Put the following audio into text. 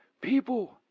people